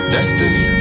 Destiny